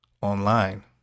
online